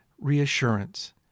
reassurance